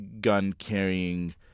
gun-carrying